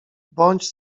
bądź